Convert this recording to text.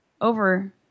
over